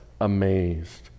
amazed